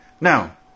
Now